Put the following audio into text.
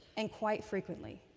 and quite frequently.